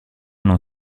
non